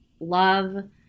love